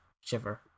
shiver